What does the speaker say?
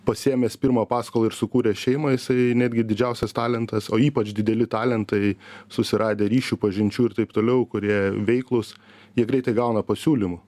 pasiėmęs pirmą paskolą ir sukūręs šeimą jisai netgi didžiausias talentas o ypač dideli talentai susiradę ryšių pažinčių ir taip toliau kurie veiklūs jie greitai gauna pasiūlymų